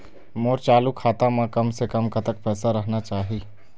मोर चालू खाता म कम से कम कतक पैसा रहना चाही?